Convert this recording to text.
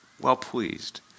well-pleased